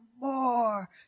more